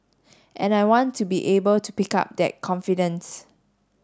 and I want to be able to pick up that confidence